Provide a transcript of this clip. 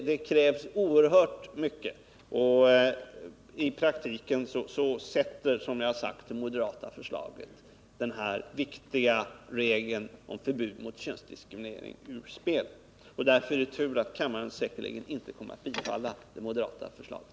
Det krävs oerhört mycket för det, och i praktiken sätter, som jag har sagt, det moderata förslaget den viktiga regeln om förbud mot könsdiskriminering ur spel. Därför är det tur att kammaren säkerligen inte kommer att bifalla det moderata förslaget.